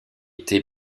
été